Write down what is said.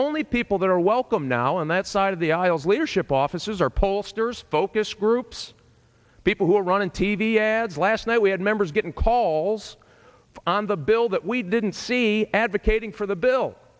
only people that are welcome now on that side of the aisles leadership offices or pollsters focus groups people who are running t v ads last night we had members getting calls on the bill that we didn't see advocating for the bill